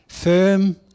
firm